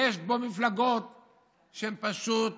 יש פה מפלגות שהן פשוט